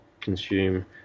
consume